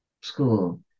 school